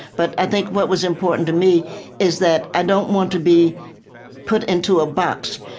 but i think what was important to me is that i don't want to be put into a box.